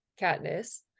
Katniss